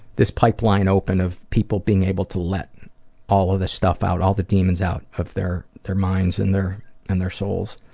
pipeline open of people being able to let all of this stuff out, al the demons out of their their minds and their and their souls.